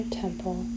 temple